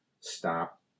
stop